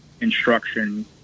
instruction